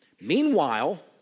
Meanwhile